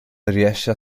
riesce